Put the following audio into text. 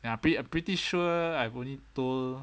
ya pretty I pretty sure I already told